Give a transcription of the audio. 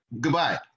goodbye